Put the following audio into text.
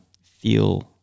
feel